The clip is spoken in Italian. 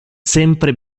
sempre